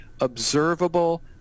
observable